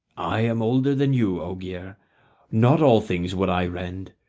i am older than you, ogier not all things would i rend,